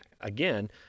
again